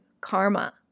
karma